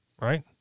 right